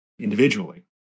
individually